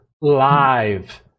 live